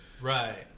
Right